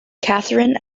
katherine